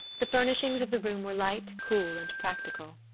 the furnishings of the room were light, cool, and practical.